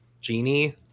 Genie